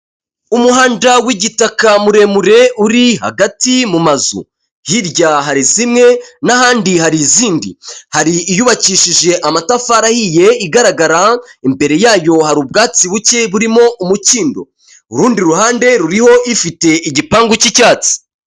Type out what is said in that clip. Umuhanda w'igitaka muremure uri hagati mu mazu hirya hari zimwe n'ahandi hari izindi hari iyubakishije amatafari ahiye igaragara imbere yayo hari ubwatsi buke burimo umukindo urundi ruhande ruriho ifite igipangu cy'icyatsi .